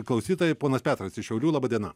klausytojai ponas petras iš šiaulių laba diena